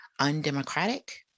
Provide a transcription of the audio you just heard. undemocratic